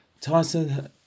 Tyson